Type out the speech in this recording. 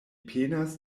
penas